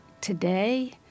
Today